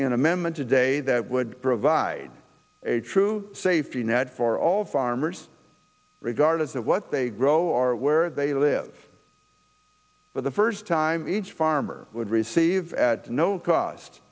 an amendment today that would provide a true safety net for all farmers regardless of what they grow or where they live for the first time each farmer would receive at no cost